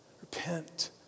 Repent